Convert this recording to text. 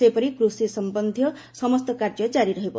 ସେହିପରି କୃଷି ସମ୍ବନ୍ଧୀୟ ସମସ୍ତ କାର୍ଯ୍ୟ ଜାରୀ ରହିବ